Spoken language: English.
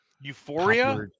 Euphoria